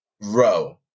row